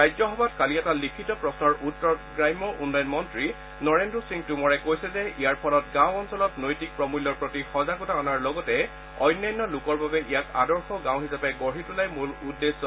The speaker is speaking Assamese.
ৰাজ্যসভাত কালি এটা লিখিত প্ৰশ্নৰ উত্তৰত গ্ৰাম্য বিকাশ মন্ত্ৰী নৰেন্দ্ৰ সিং টৌমৰে কৈছে যে ইয়াৰ ফলত গাওঁ অঞ্চলত নৈতিক প্ৰমূল্যৰ প্ৰতি সজাগতা অনাৰ লগতে অন্যান্য লোকৰ বাবে ইয়াক আদৰ্শ গাঁও হিচাপে গঢ়ি তোলাই মূল উদ্দেশ্য